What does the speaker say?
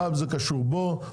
פעם זה קשור בו,